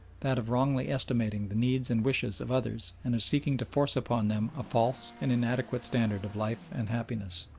that of wrongly estimating the needs and wishes of others and of seeking to force upon them a false and inadequate standard of life and happiness.